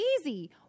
easy